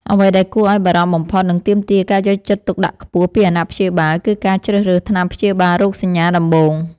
អ្វីដែលគួរឱ្យបារម្ភបំផុត និងទាមទារការយកចិត្តទុកដាក់ខ្ពស់ពីអាណាព្យាបាល គឺការជ្រើសរើសថ្នាំព្យាបាលរោគសញ្ញាដំបូង។